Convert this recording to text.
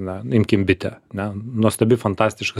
na imkim bitę ne nuostabi fantastiška